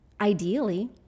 Ideally